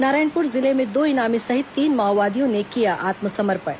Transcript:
नारायणपुर जिले में दो इनामी सहित तीन माओवादियों ने किया आत्मसमर्पण